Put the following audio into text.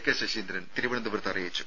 K Sreendran തിരുവനന്തപുരത്ത് അറിയിച്ചു